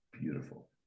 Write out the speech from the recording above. beautiful